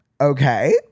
okay